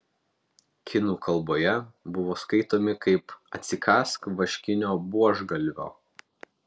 kinų kalboje buvo skaitomi kaip atsikąsk vaškinio buožgalvio